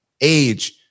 Age